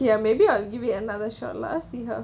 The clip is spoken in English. ya maybe I'll give it another shot lah see how